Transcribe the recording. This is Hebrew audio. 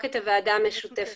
רק את הוועדה המשותפת.